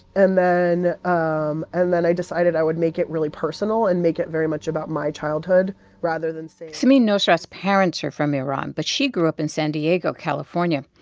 and um and then i decided i would make it really personal and make it very much about my childhood rather than say. samin nosrat's parents are from iran, but she grew up in san diego, calif. ah and